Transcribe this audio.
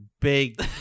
big